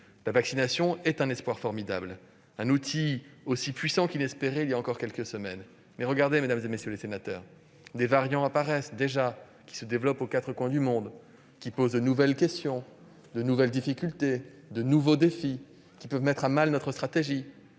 La vaccination est un espoir formidable, un outil aussi puissant qu'inespéré il y a encore quelques semaines. Toutefois, mesdames, messieurs les sénateurs, des variants apparaissent déjà, qui se développent aux quatre coins du monde, qui posent de nouvelles questions, de nouvelles difficultés, de nouveaux défis et qui peuvent mettre à mal notre stratégie.